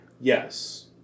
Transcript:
Yes